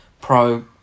pro